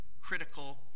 critical